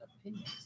opinions